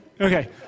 Okay